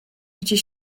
gdzie